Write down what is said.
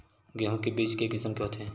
गेहूं के बीज के किसम के होथे?